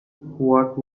what